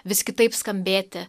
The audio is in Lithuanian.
vis kitaip skambėti